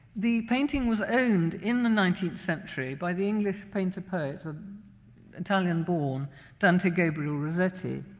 the painting was owned in the nineteenth century by the english painter-poet, ah the italian-born dante gabriel rossetti.